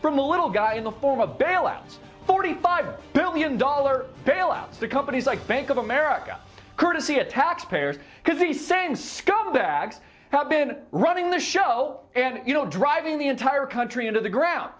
from a little guy in the form of bailouts forty five billion dollar bail out the companies like bank of america courtesy of taxpayers because the same scumbags have been running the show and you know driving the entire country into the ground